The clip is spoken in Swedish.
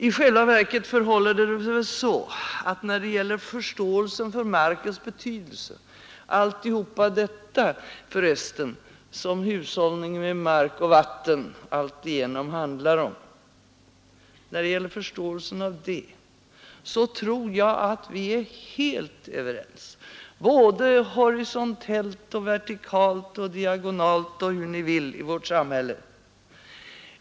I själva verket förhåller det väl sig så att vi när det gäller förståelsen för markens betydelse — allt det, som hushållningen med mark och vatten alltigenom handlar om — är helt överens, horisontellt, vertikalt, diagonalt och hur ni vill i vårt samhälle.